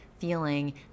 feeling